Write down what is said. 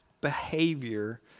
behavior